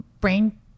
brain